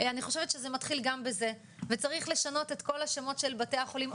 אני חושבת שזה מתחיל גם בזה וצריך לשנות את כל השמות של בתי החולים,